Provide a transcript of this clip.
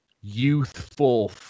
youthful